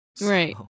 Right